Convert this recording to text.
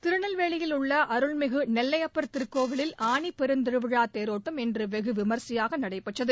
திருநெல்வேலியில் உள்ள அருள்மிகு நெல்லையப்பர் திருக்கோயிலில் ஆனி பெருந்திருவிழா தேரோட்டம் இன்று வெகு விமரிசையாக நடைபெற்றது